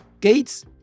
Gates